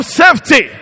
safety